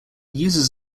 uses